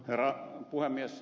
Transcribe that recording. herra puhemies